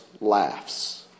laughs